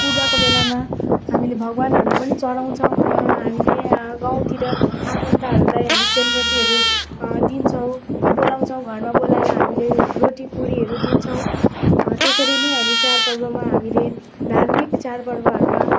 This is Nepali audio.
पूजाको बेलामा हामीले भगवानहरूलाई पनि चढाउँछौँ र हामीले गाउँतिर आफन्तहरूलाई हामी सेलरोटीहरू दिन्छौँ बोलाउँछौँ घरमा बोलाएर हामीले रोटी पुरीहरू दिन्छौँ त्यसरी नै हामी चाँड पर्वमा हामीले धार्मिक चाँड पर्वहरूमा